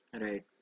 Right